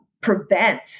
prevent